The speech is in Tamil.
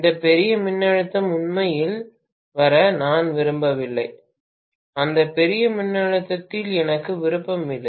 இந்த பெரிய மின்னழுத்தம் உண்மையில் வர நான் விரும்பவில்லை அந்த பெரிய மின்னழுத்தத்தில் எனக்கு விருப்பமில்லை